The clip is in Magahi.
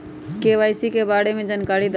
के.वाई.सी के बारे में जानकारी दहु?